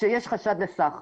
שיש חשד לסחר.